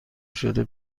شده